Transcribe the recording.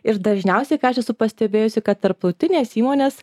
ir dažniausiai ką aš esu pastebėjusi kad tarptautinės įmonės